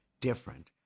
different